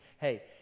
hey